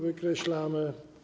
Wykreślamy.